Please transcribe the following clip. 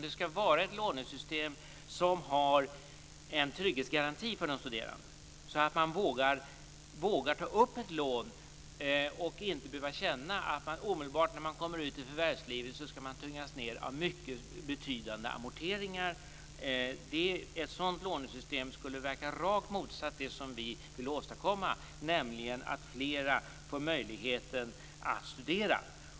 Det skall vara ett lånesystem som har en trygghetsgaranti för de studerande, så att man vågar ta upp ett lån och inte behöver känna att man omedelbart när man kommer ut i förvärvslivet skall tyngas ned av mycket betydande amorteringar. Ett sådant lånesystem skulle verka i rakt motsatt riktning till det som vi vill åstadkomma, nämligen att flera får möjlighet att studera.